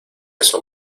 eso